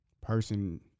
person